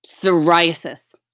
psoriasis